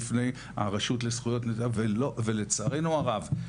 בפני הרשות לזכויות הניצולים ולצערנו הרב,